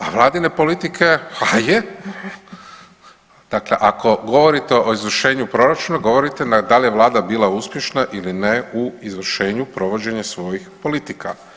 A vladine politike, a je, dakle ako govorite o izvršenju proračuna govorite da li je vlada bila uspješna ili ne u izvršenju provođenja svojih politika.